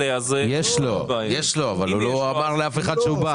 יש לו אבל הוא לא אמר לאף אחד שהוא בא.